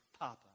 Papa